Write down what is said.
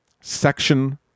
Section